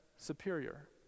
Superior